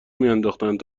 میانداختند